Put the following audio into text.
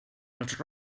els